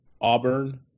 Auburn